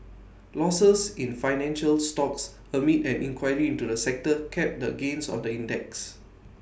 losses in financial stocks amid an inquiry into the sector capped the gains on the index